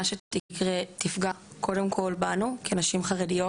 שתקרה תפגע קודם כל בנו כנשים חרדיות.